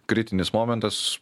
kritinis momentas